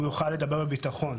הוא יוכל לדבר בביטחון,